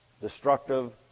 destructive